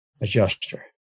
adjuster